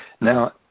Now